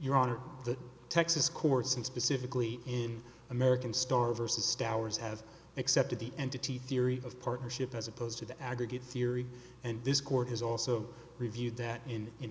your honor the texas courts and specifically in american star versus dowries has accepted the entity theory of partnership as opposed to the aggregate theory and this court has also reviewed that in in